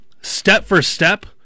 step-for-step